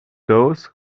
those